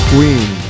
Queen